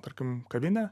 tarkim kavinę